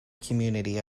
community